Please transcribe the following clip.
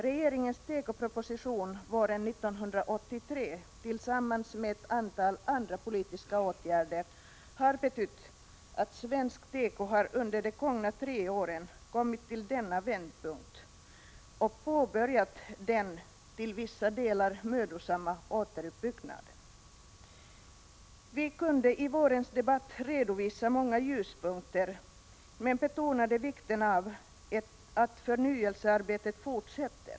Regeringens tekoproposition våren 1983 tillsammans med ett antal andra politiska åtgärder har betytt att svensk teko under de gångna tre åren har kommit till denna vändpunkt och påbörjat den till vissa delar mödosamma återuppbyggnaden. Vi kunde i vårens debatt redovisa många ljuspunkter men betonade vikten av att förnyelsearbetet fortsätter.